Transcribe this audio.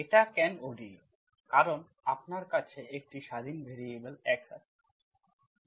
এটা কেন ODE কারণ আপনার কাছে একটি স্বাধীন ভ্যারিয়েবল x আছে